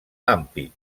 ampit